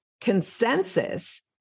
consensus